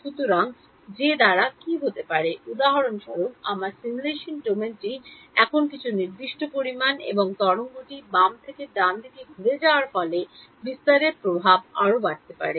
সুতরাং যে দ্বার কি হতে পারে উদাহরণস্বরূপ আমার সিমুলেশন ডোমেনটি এখানে কিছু নির্দিষ্ট পরিমাণ এবং তরঙ্গটি বাম থেকে ডানদিকে ঘুরতে যাওয়ার ফলে বিস্তারের প্রভাব আরও বাড়তে থাকবে